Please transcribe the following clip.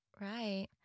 Right